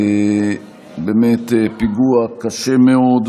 באמת פיגוע קשה מאוד.